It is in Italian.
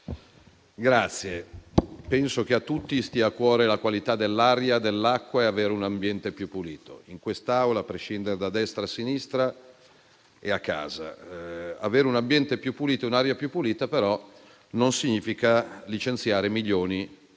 Presidente, penso che a tutti stia a cuore la qualità dell'aria come dell'acqua e avere un ambiente più pulito, in quest'Aula a prescindere, da destra a sinistra, e a casa. Avere un ambiente e un'aria più puliti, però, non significa licenziare milioni di